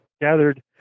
gathered